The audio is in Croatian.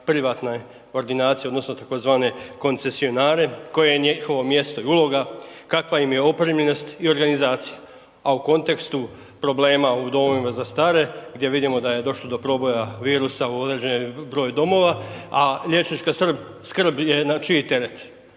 privatne ordinacije tzv. koncesionare koje je njihovo mjesto i uloga, kakva im je opremljenost i organizacija, a u kontekstu problema u domovima za stare gdje vidimo da je došlo do proboja virusa u određeni broj domova, a liječnička skrb je na čiji teret.